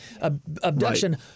Abduction